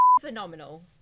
phenomenal